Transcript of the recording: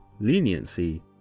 leniency